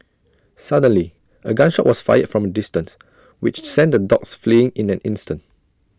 suddenly A gun shot was fired from A distance which sent the dogs fleeing in an instant